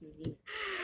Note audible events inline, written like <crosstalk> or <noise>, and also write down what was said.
<noise> seriously